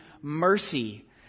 mercy